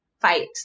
fight